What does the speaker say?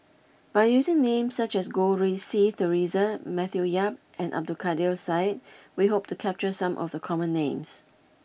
by using names such as Goh Rui Si Theresa Matthew Yap and Abdul Kadir Syed we hope to capture some of the common names